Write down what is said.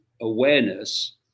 awareness